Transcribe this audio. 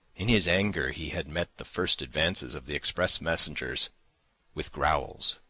in his anger he had met the first advances of the express messengers with growls,